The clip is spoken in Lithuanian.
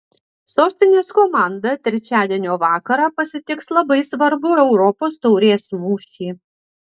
sostinės komanda trečiadienio vakarą pasitiks labai svarbų europos taurės mūšį